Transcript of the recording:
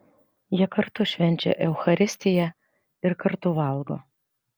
jie kartu švenčia eucharistiją ir kartu valgo